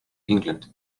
england